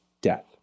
death